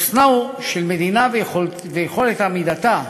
חוסנה של מדינה ויכולת עמידתה